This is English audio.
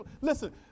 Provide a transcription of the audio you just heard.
Listen